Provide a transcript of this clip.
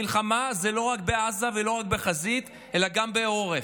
המלחמה זה לא רק בעזה ולא רק בחזית אלא גם בעורף,